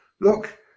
look